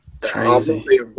crazy